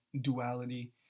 duality